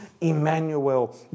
Emmanuel